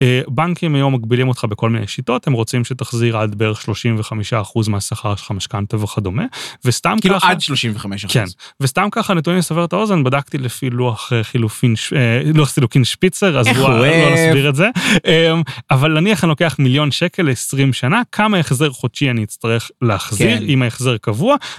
בנקים היום מגבילים אותך בכל מיני שיטות הם רוצים שתחזיר עד בערך 35% מהשכר שלך משכנתא וכדומה וסתם כאילו עד 35% וסתם ככה נתונים לסבר את האוזן בדקתי לפי לוח חילופין... הא, לוח סילוקין שפיצר. איך הוא אוהב. אז לא נסביר את זה. אבל נניח אני לוקח מיליון שקל 20 שנה כמה החזר חודשי אני אצטרך להחזיר עם ההחזר קבוע.